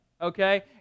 okay